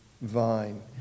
vine